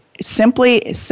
simply